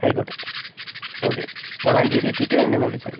ആയിക്കോട്ടെ ഓക്കെ വളാഞ്ചേരി എത്തിയിട്ട് എന്നെ ഒന്ന് വിളിച്ചാൽ മതി